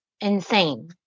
insane